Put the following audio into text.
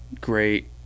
great